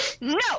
No